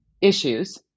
issues